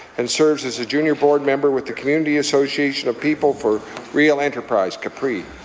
and serves as a junior board member with the community association of people for real enterprise capre.